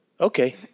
Okay